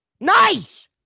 Nice